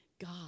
God